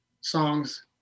songs